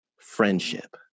Friendship